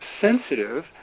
sensitive